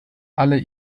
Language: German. alle